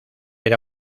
era